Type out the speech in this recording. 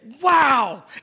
wow